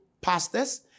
pastors